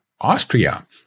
Austria